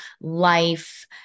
life